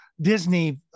Disney